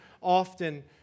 often